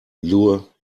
lure